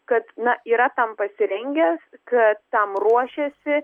kad na yra tam pasirengęs kad tam ruošėsi